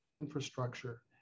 infrastructure